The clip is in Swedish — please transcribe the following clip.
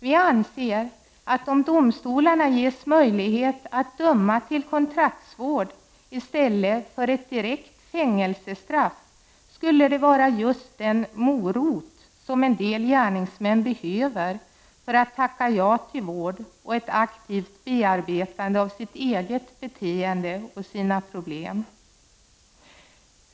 Vi anser att om domstolarna ges möjlighet att döma till kontraktsvård i stället för ett direkt fängelsestraff skulle det vara just den ”morot” som en del gärningsmän behöver för att tacka ja till vård och ett aktivt bearbetande av sitt eget beteende och sina problem.